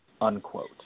unquote